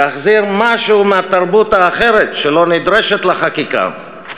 להחזיר משהו מהתרבות האחרת, שלא נדרשת לה חקיקה.